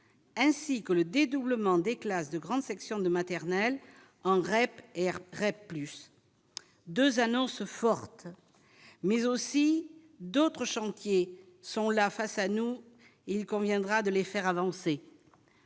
ainsi que le dédoublement des classes de grande section de maternelle en REP et REP, plus 2 annonces fortes mais aussi d'autres chantiers sont là face à nous, il conviendra de les faire avancer